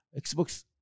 Xbox